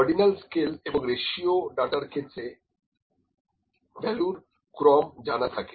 ordinal scale এবং ratio ডাটার ক্ষেত্রে ভ্যালুর ক্রম জানা থাকে